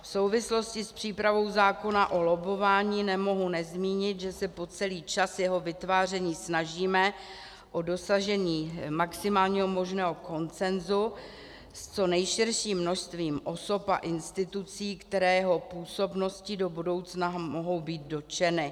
V souvislosti s přípravou zákona o lobbování nemohu nezmínit, že se po celý čas jeho vytváření snažíme o dosažení maximálně možného konsenzu s co nejširším množstvím osob a institucí, které jeho působností do budoucna mohou být dotčeny.